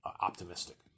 optimistic